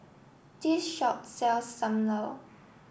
this shop sells Sam Lau